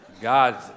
God